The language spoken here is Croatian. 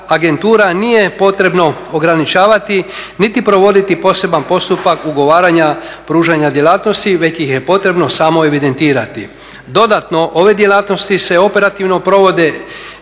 nije potrebno ograničavati niti provoditi poseban postupak ugovaranja pružanja djelatnosti već ih je potrebno samo evidentirati. Dodatno, ove djelatnosti se operativno provode